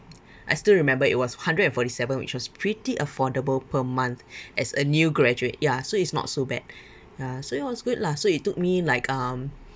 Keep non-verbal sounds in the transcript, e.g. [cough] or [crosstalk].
I still remember it was hundred and forty seven which was pretty affordable per month [breath] as a new graduate ya so it's not so bad [breath] uh so it was good lah so it took me like um [breath]